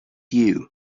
you